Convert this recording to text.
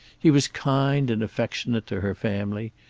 he was kind and affectionate to her family.